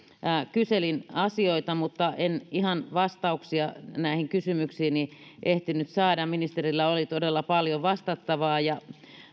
kyselin asioita mutta en vastauksia näihin kysymyksiini ihan ehtinyt saada kun ministerillä oli todella paljon vastattavaa